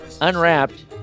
unwrapped